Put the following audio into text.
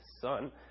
Son